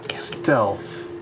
stealth,